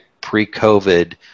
pre-covid